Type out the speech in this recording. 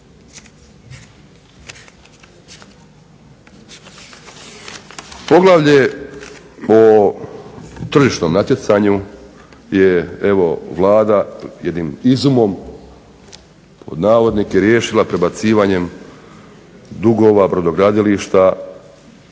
Poglavlje o tržišnom natjecanju je evo Vlada jednim izumom pod navodnike riješila prebacivanjem dugova brodogradilišta